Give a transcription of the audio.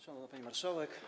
Szanowna Pani Marszałek!